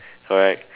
correct